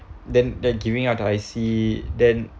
then their giving up to I_C then